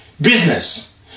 business